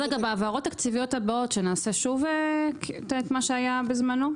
בהעברות התקציביות הבאות שנעשה שוב את מה שהיה בזמנו?